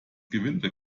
gewinde